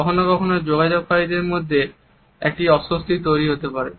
কখনো কখনো যোগাযোগকারীর মধ্যে একটি অস্বস্তি তৈরি হতে পারে